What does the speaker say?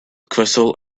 crystal